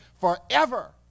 forever